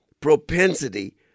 propensity